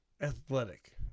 Athletic